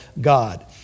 God